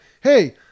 hey